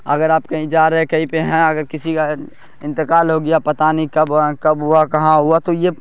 اگر آپ کہی جا رہے ہیں کہیں پہ ہیں اگر کسی کا انتقال ہو گیا پتہ نہیں کب کب ہوا کہاں ہوا تو یہ